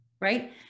right